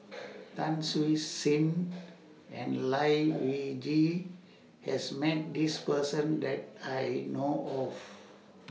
Tan Siew Sin and Lai Weijie has Met This Person that I know of